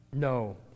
No